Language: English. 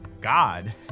god